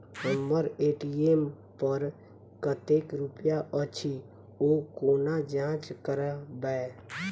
हम्मर ए.टी.एम पर कतेक रुपया अछि, ओ कोना जाँच करबै?